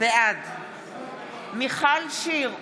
בעד מיכל שיר סגמן,